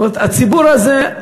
זאת אומרת, הציבור הזה,